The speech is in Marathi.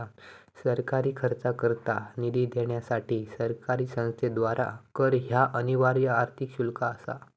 सरकारी खर्चाकरता निधी देण्यासाठी सरकारी संस्थेद्वारा कर ह्या अनिवार्य आर्थिक शुल्क असा